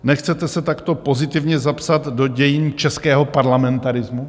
Nechcete se takto pozitivně zapsat do dějin českého parlamentarismu?